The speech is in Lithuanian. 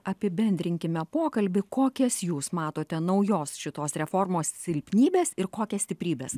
apibendrinkime pokalbį kokias jūs matote naujos šitos reformos silpnybes ir kokias stiprybes